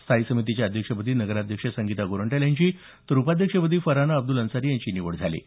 स्थायी समितीच्या अध्यक्षपदी नगराध्यक्ष संगीता गोरंट्याल यांची तर उपाध्यक्षपदी फरहाना अब्दल अन्सारी यांची निवड झाली आहे